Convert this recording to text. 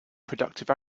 productive